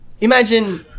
imagine